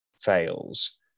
fails